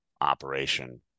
operation